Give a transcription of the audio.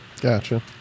Gotcha